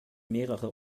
mehrere